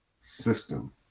system